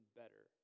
better